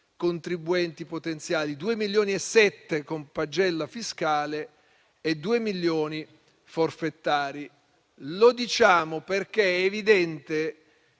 contribuenti potenziali, di cui 2,7 milioni con pagella fiscale e 2 milioni forfettari. Lo diciamo perché è evidente